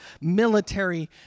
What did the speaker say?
military